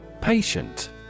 Patient